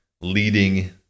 leading